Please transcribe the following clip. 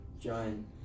giant